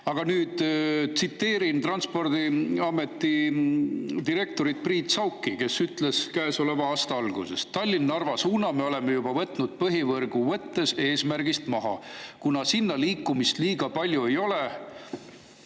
Aga nüüd tsiteerin Transpordiameti direktorit Priit Sauki, kes ütles käesoleva aasta alguses: "Tallinn-Narva suuna me oleme juba võtnud põhivõrgu mõttes eesmärgist maha, kuna sinna liikumist liiga palju ei ole